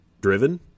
driven